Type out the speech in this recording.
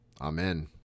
Amen